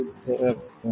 அது திறக்கும்